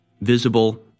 visible